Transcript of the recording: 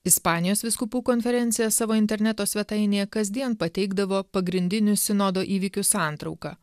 ispanijos vyskupų konferencija savo interneto svetainėje kasdien pateikdavo pagrindinių sinodo įvykių santrauką